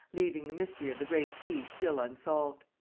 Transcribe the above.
leaving the mystery of the great sea still unsolved.